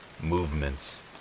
Movements